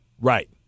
Right